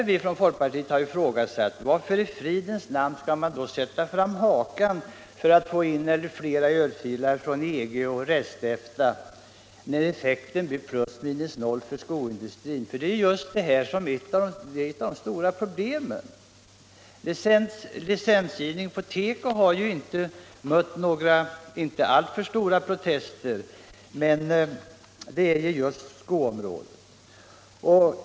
Vi i folkpartiet har ifrågasatt, varför i fridens namn man skall vända kinden till för att få en eller flera örfilar från EG och Rest-EFTA, när effekten blir + 0 för skoindustrin. Just detta är ett av de stora problemen. Licenstvånget för tekoprodukter har inte mött några alltför starka protester, men skoområdet är besvärligt.